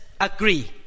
agree